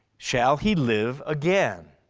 shall he live again?